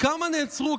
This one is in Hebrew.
כמה נעצרו?